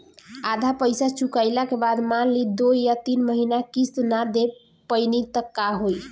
आधा पईसा चुकइला के बाद मान ली दो या तीन महिना किश्त ना दे पैनी त का होई?